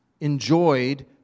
enjoyed